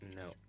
No